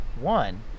one